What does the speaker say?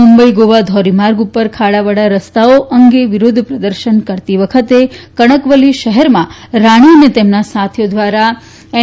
મુંબઈ ગોવા ધોરીમાર્ગ ઉપર ખાડાવાળા રસ્તાઓ અંગે વિરોધ પ્રદર્શન કરતી વખતે કણકવલી શહેરમાં રાણે અને તેમના સાથીઓ દ્વારા એન